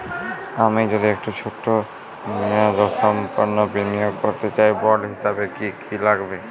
আমি যদি একটু ছোট মেয়াদসম্পন্ন বিনিয়োগ করতে চাই বন্ড হিসেবে কী কী লাগবে?